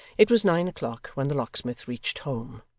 it was nine o'clock when the locksmith reached home.